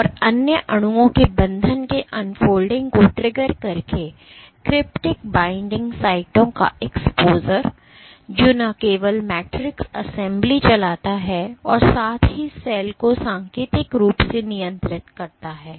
और अन्य अणुओं के बंधन के अनफोल्डिंग को ट्रिगर करके क्रिप्टिक बाइंडिंग साइटों का एक्सपोजर जो न केवल मैट्रिक्स असेंबली चलाता है और साथ ही सेल को सांकेतिक रूप से नियंत्रित करता है